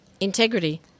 Integrity